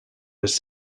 was